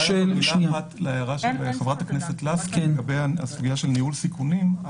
להערתה של חברת הכנסת לסקי לגבי ניהול סיכונים,